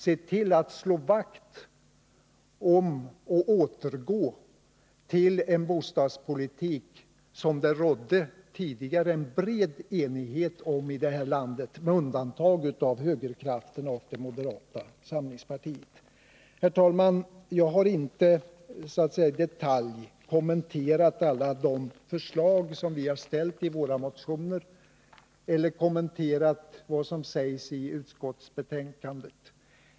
Se till att ni återgår till och slår vakt om en bostadspolitik som det tidigare rådde bred enighet om i vårt land — med undantag för högerkrafterna och moderata samlingspartiet! Herr talman! Jag har inte i detalj kommenterat alla de förslag som vi har ställt i våra motioner eller det som sägs i utskottsbetänkandet.